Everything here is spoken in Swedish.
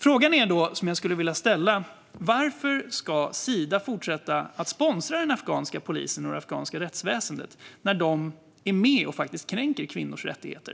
Frågan som jag skulle vilja ställa är: Varför ska Sida fortsätta att sponsra den afghanska polisen och det afghanska rättsväsendet när de faktiskt är med och kränker kvinnors rättigheter?